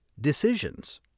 decisions